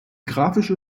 grafische